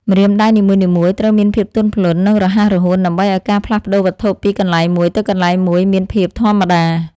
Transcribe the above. ម្រាមដៃនីមួយៗត្រូវមានភាពទន់ភ្លន់ និង រហ័សរហួនដើម្បីឱ្យការផ្លាស់ប្តូរវត្ថុពីកន្លែងមួយទៅកន្លែងមួយមានភាពធម្មតា។